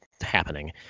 happening